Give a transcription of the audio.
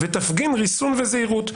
ותפגין ריסון וזהירות.